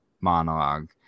monologue